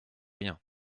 rien